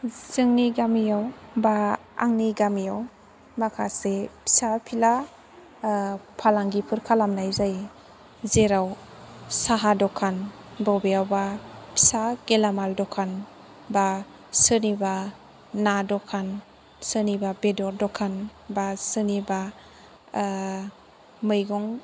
जोंनि गामियाव बा आंनि गामियाव माखासे फिसा फिला फालांगिफोर खालामनाय जायो जेराव साहा दखान बबेयावबा फिसा गेलामाल दखान बा सोरनिबा ना दखान सोरनिबा बेदर दखान बा सोरनिबा मैगं